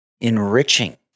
enriching